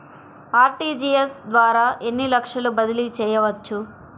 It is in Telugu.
అర్.టీ.జీ.ఎస్ ద్వారా ఎన్ని లక్షలు బదిలీ చేయవచ్చు?